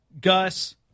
Gus